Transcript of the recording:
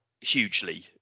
hugely